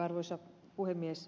arvoisa puhemies